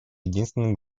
единственным